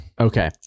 Okay